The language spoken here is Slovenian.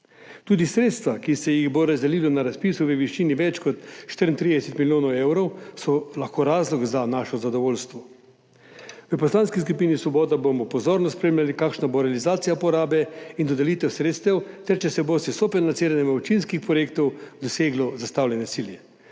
Tudi sredstva, ki se jih bo razdelilo na razpisu v višini več kot 34 milijonov evrov, so lahko razlog za naše zadovoljstvo. V Poslanski skupini Svoboda bomo pozorno spremljali, kakšna bo realizacija porabe in dodelitev sredstev ter če se bo s sofinanciranjem občinskih projektov doseglo zastavljene cilje.